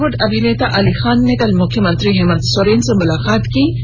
बॉलीवुड अभिनेता अली खान ने कल मुख्यमंत्री हेमंत सोरेन से मुलाकात की